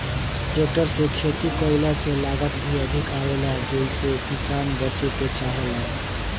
tractor से खेती कईला से लागत भी अधिक आवेला जेइसे किसान बचे के चाहेलन